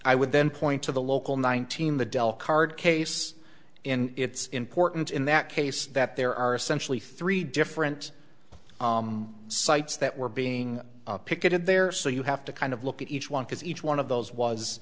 i would then point to the local nineteen the dell card case in it's important in that case that there are essentially three different sites that were being picketed there so you have to kind of look at each one because each one of those was